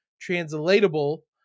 translatable